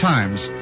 Times